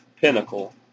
Pinnacle